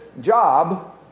job